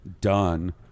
done